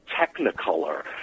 Technicolor